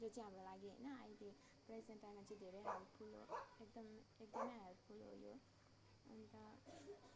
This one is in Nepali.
जो चाहिँ हाम्रो लागि होइन अहिले प्रेजेन्ट टाइममा चाहिँ धेरै हेल्पफुल हो एकदम एकदम हेल्पफुल हो यो अन्त